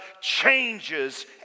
changes